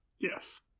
Yes